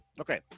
okay